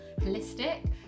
holistic